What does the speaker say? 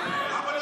למה לא אישרת?